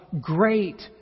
great